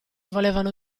volevano